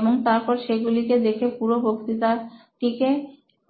এবং তারপর সেগুলিকে দেখে পুরো বক্তৃতাটি কে